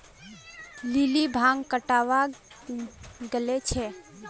lily भांग कटावा गले छे